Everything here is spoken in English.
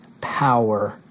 power